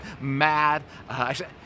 mad